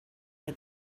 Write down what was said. for